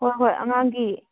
ꯍꯣꯏ ꯍꯣꯏ ꯑꯉꯥꯡꯒꯤ